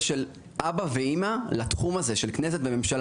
של אימא ואבא לתחום הזה של כנסת וממשלה.